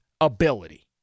ability